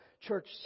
church